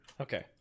Okay